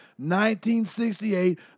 1968